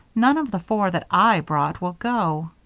none of the four that i brought will go.